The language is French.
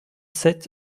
sept